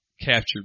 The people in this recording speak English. captured